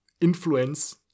influence